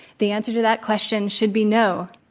the answer to that question should be no.